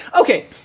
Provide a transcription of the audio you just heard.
okay